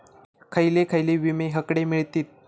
खयले खयले विमे हकडे मिळतीत?